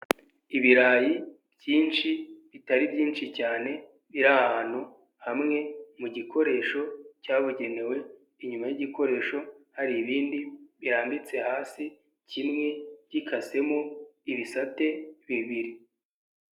Ibirayi byinshi, bitari byinshi cyane, biri ahantu hamwe mu gikoresho cyabugenewe, inyuma y'igikoresho hari ibindi birambitse hasi, kimwe gikasemo ibisate bibiri.